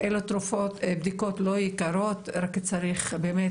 אלו בדיקות לא יקרות רק צריך באמת